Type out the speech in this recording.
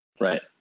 Right